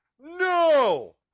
No